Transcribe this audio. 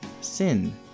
sin